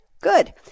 Good